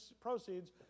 proceeds